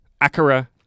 Akira